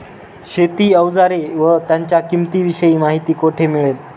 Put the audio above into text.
शेती औजारे व त्यांच्या किंमतीविषयी माहिती कोठे मिळेल?